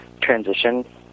transition